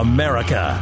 America